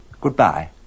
Goodbye